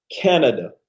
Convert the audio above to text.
Canada